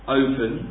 open